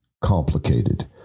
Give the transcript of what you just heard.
complicated